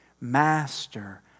Master